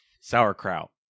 Sauerkraut